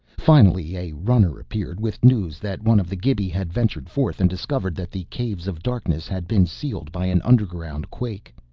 finally a runner appeared with news that one of the gibi had ventured forth and discovered that the caves of darkness had been sealed by an underground quake.